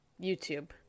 YouTube